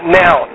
now